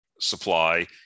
supply